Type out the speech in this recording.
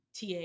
TA